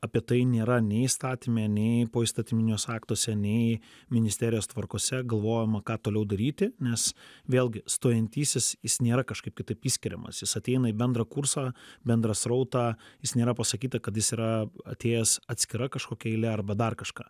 apie tai nėra nei įstatyme nei poįstatyminiuos aktuose nei ministerijos tvarkose galvojama ką toliau daryti nes vėlgi stojantysis jis nėra kažkaip kitaip išskiriamas jis ateina į bendrą kursą bendrą srautą jis nėra pasakyta kad jis yra atėjęs atskira kažkokia eile arba dar kažką